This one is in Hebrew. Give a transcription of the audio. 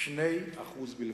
2% בלבד.